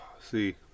see